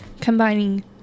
combining